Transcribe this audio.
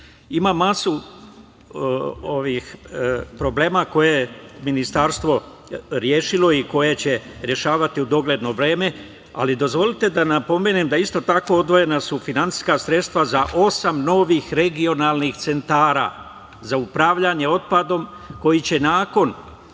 masu ovih problema koje je Ministarstvo rešilo i koje će rešavati u dogledno vreme, ali dozvolite da napomenem da su isto tako odvojena finansijska sredstva za osam novih regionalnih centara za upravljanje otpadom kojom će